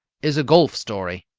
is a golf story.